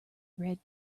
red